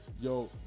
yo